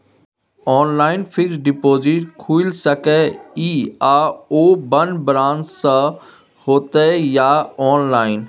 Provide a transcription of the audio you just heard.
Online fixed deposit खुईल सके इ आ ओ बन्द ब्रांच स होतै या ऑनलाइन?